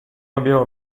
abbiamo